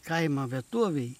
kaimo vietovėj